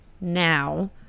now